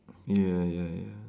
ya ya ya